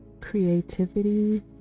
Creativity